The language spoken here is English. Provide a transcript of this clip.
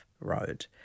road